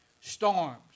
Storms